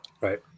Right